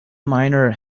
miner